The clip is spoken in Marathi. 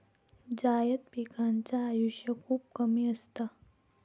जायद पिकांचा आयुष्य खूप कमी असता